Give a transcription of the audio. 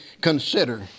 consider